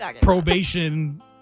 probation